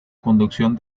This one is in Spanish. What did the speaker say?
conducción